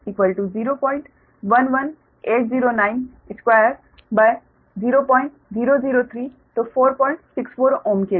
तो इसी तरह ZB3VB32 base 0118092 0003 तो 464Ω के लिए